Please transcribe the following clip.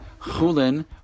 chulin